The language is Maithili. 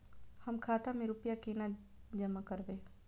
हम खाता में रूपया केना जमा करबे?